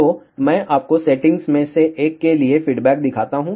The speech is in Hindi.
तो मैं आपको सेटिंग्स में से एक के लिए फीडबैक दिखाता हूं